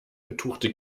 betuchte